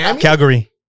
Calgary